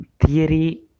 theory